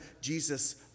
Jesus